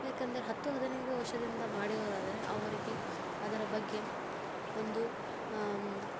ಏಕೆಂದ್ರೆ ಹತ್ತು ಹದಿನೈದು ವರ್ಷದಿಂದ ಮಾಡಿರೋರಾದರೆ ಅವರಿಗೆ ಅದರ ಬಗ್ಗೆ ಒಂದು